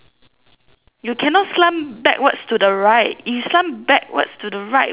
you cannot slant backwards to the right you slant backwards to the right what logic